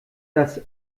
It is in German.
das